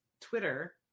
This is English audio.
Twitter